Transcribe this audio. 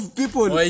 people